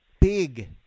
big